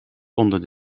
konden